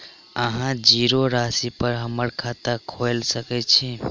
अहाँ जीरो राशि पर हम्मर खाता खोइल सकै छी?